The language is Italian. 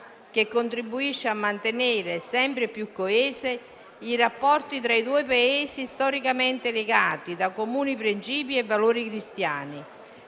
che contribuisce a mantenere sempre più coesi i rapporti tra i due Paesi, storicamente legati da comuni principi e valori cristiani.